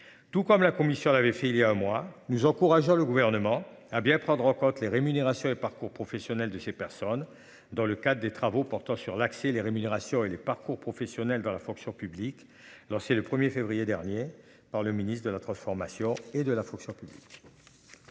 Tout comme la commission l'avait fait il y a un mois nous encourageons le gouvernement a bien prendre en compte les rémunérations et parcours professionnel de ces personnes, dans le cas des travaux portant sur l'accès, les rémunérations et les parcours professionnels dans la fonction publique lancée le 1er février dernier par le ministre de notre formation et de la fonction plus.